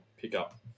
pickup